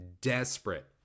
desperate